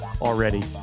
already